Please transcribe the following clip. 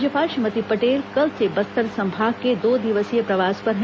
राज्यपाल श्रीमती पटेल कल से बस्तर संभाग के दो दिवसीय प्रवास पर है